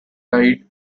tide